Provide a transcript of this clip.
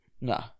No